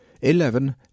Eleven